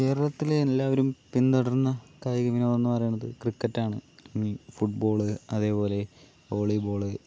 കേരളത്തിൽ എല്ലാവരും പിന്തുടരുന്ന കായിക വിനോദം എന്ന് പറയണത് ക്രിക്കറ്റാണ് ഈ ഫുട്ബോൾ അതേപോലെ വോളിബോൾ